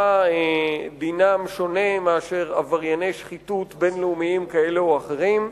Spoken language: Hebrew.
במה שונה דינם מדין עברייני שחיתות בין-לאומיים כאלה או אחרים.